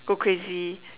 go crazy